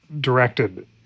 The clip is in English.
directed